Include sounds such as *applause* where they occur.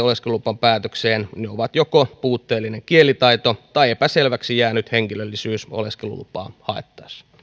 *unintelligible* oleskelulupapäätöksiin ovat joko puutteellinen kielitaito tai epäselväksi jäänyt henkilöllisyys oleskelulupaa haettaessa